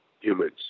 humans